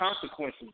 consequences